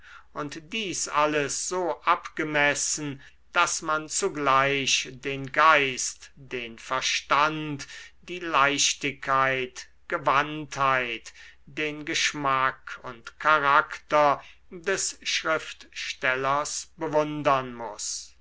und dieses alles so abgemessen daß man zugleich den geist den verstand die leichtigkeit gewandtheit den geschmack und charakter des schriftstellers bewundern muß